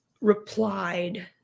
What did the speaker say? replied